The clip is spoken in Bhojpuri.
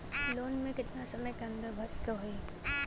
लोन के कितना समय के अंदर भरे के होई?